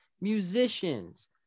musicians